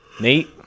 Nate